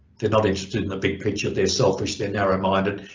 they're not interested in the big picture of they're selfish, they're narrow-minded,